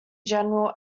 general